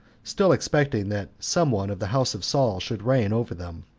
still expecting that some one of the house of saul should reign over them.